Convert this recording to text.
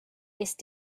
ist